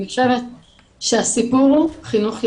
אני חושבת שהסיפור הוא חינוך ילדים.